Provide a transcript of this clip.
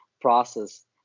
process